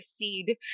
proceed